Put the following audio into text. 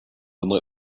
unlit